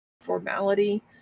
formality